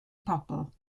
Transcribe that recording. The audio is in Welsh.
pobl